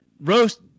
roast